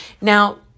Now